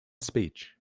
speech